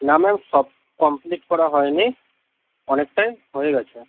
না ম্যাম সব কমপ্লিট করা হয়নি অনেকটাই হয়ে গেছে